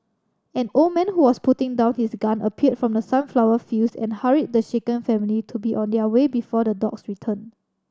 an old man who was putting down his gun appeared from the sunflower fields and hurried the shaken family to be on their way before the dogs return